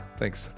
thanks